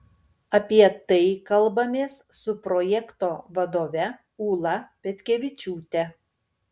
apie tai kalbamės su projekto vadove ūla petkevičiūte